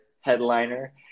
headliner